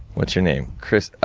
what's your name? see,